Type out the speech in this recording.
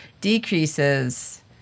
decreases